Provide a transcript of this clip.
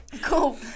Cool